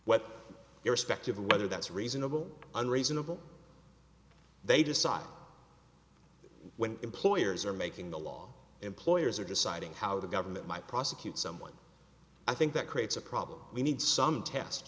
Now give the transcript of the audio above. what irrespective of whether that's reasonable and reasonable they decide when employers are making the law employers are deciding how the government might prosecute someone i think that creates a problem we need some test